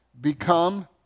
become